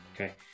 okay